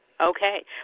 okay